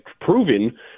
proven